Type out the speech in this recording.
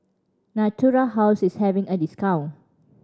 Natura House is having a discount